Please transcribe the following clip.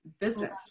business